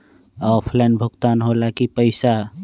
Offline भुगतान हो ला कि पईसा?